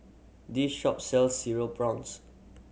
this shop sell Cereal Prawns